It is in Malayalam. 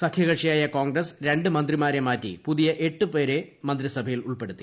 സഖ്യകക്ഷിയായ കോൺഗ്രസ് പ്രിണ്ട് മ്ന്ത്രിമാരെ മാറ്റി പുതിയ എട്ട് പേരെ മന്ത്രിസഭയിൽ ഉൾപ്പെടുത്തി